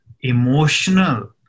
emotional